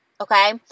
okay